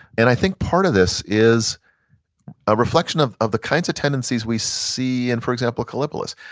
and i think part of this is a reflection of of the kinds of tendencies we see in, for example, kallipolis.